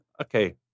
Okay